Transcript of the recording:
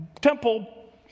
temple